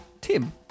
Tim